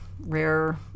Rare